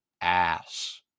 ass